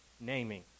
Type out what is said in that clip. naming